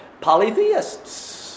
polytheists